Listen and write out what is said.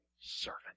servant